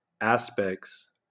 aspects